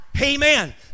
amen